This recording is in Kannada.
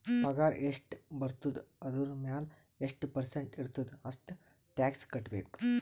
ಪಗಾರ್ ಎಷ್ಟ ಬರ್ತುದ ಅದುರ್ ಮ್ಯಾಲ ಎಷ್ಟ ಪರ್ಸೆಂಟ್ ಇರ್ತುದ್ ಅಷ್ಟ ಟ್ಯಾಕ್ಸ್ ಕಟ್ಬೇಕ್